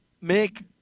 make